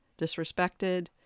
disrespected